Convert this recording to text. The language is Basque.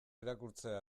irakurtzea